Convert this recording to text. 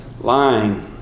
lying